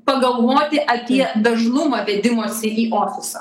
pagalvoti apie dažnumą vedimos į ofisą